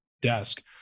desk